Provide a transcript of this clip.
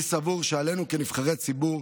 אני סבור שכנבחרי הציבור,